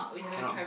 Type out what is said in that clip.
cannot